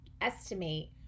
estimate